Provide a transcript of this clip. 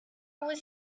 was